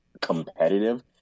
competitive